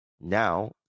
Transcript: now